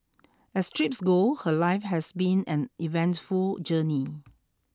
as trips go her life has been an eventful journey